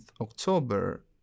October